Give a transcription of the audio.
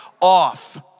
off